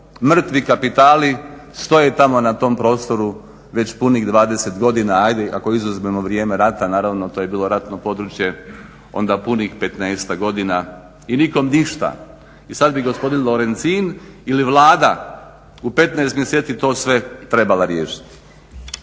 mrtvi kapitali stoje tamo na tom prostoru već punih 20 godina, ajde ako izuzmemo vrijeme rata naravno to je bilo ratno područje, onda punih 15-ak godina i nikom ništa. I sad bi gospodin Lorencin ili Vlada u 15 mjeseci to sve trebala riješiti.